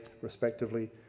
respectively